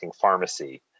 pharmacy